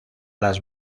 las